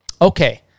Okay